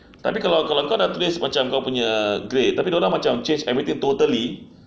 tapi kalau kalau kau tulis macam kau punya grade tapi dia orang macam change everything totally